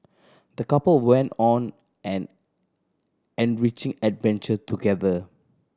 the couple went on an enriching adventure together